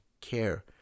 care